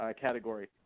Category